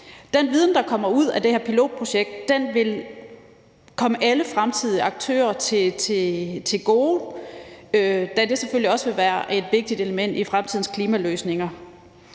Den viden, der kommer ud af det her pilotprojekt, vil komme alle fremtidige aktører til gode, da det selvfølgelig også vil være et vigtigt element i fremtidens klimaløsninger.